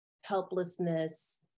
helplessness